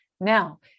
Now